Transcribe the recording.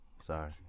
Sorry